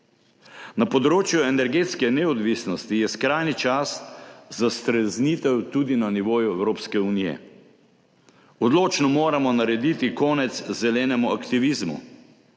Na področju energetske neodvisnosti je skrajni čas za streznitev, tudi na nivoju Evropske unije. Odločno moramo narediti konec zelenemu aktivizmu.